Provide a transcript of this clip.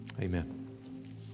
Amen